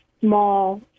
small